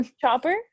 Chopper